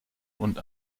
und